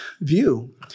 view